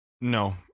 No